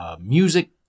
music